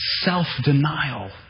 Self-denial